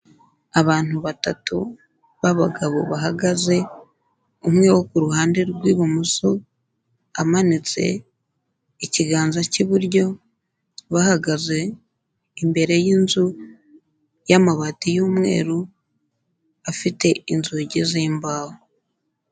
Abantu batatu b'abagabo bahagaze, umwe wo ku ruhande rw'ibumoso amanitse ikiganza cy'iburyo, bahagaze imbere y'inzu y'amabati y'umweru, afite inzugi z'imbaho.